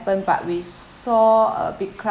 but we saw a big crowd